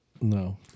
No